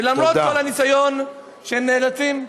שלמרות כל הניסיון שהם נאלצים,